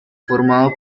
formado